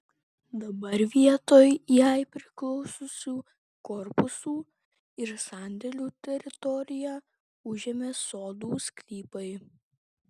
dabar vietoj jai priklausiusių korpusų ir sandėlių teritoriją užėmė sodų sklypai